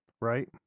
Right